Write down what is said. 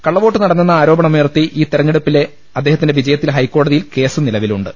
കള്ള വോട്ട് നടന്നെന്ന ആരോപണമുയർത്തി ഈ തിരഞ്ഞെടുപ്പിലെ അദ്ദേഹത്തിന്റെ വിജയത്തിൽ ഹൈക്കോടതിയിൽ കേസ് നില വിലുണ്ട്